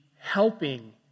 helping